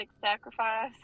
sacrifice